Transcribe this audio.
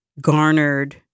garnered